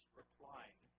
replying